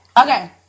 Okay